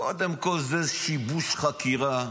קודם כול, זה שיבוש חקירה,